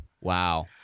Wow